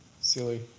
Silly